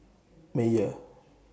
Mayer